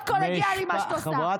מאוד קולגיאלי, מה שאת עושה.